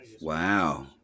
Wow